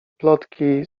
plotki